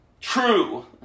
true